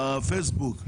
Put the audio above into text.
הפייסבוק,